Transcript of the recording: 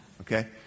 Okay